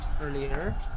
earlier